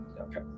Okay